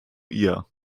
ihr